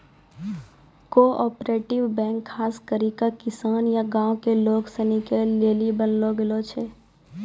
cooperative bank खास करी के किसान या गांव के लोग सनी के लेली बनैलो गेलो छै